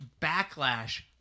backlash